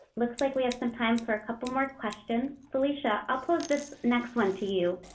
looks like we have some time for a couple more questions. felicia, i'll pose this next one to you.